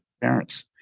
parents